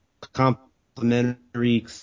complementary